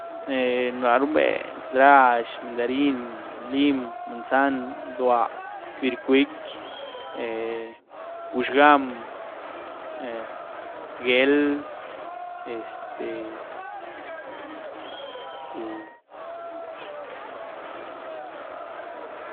ná rumbe nrazh, mandarín, lim, manzan, bduá, bircuíc'w, eh guxgam, geel, este cu, nizi ni nana.